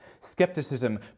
Skepticism